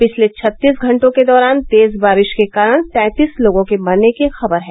पिछले छत्तीस घंटों के दौरान तेज बारिश के कारण तैंतीस लोगों के मरने की खबर है